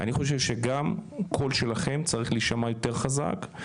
אני חושב שגם קול שלכם צריך להישמע יותר חזק,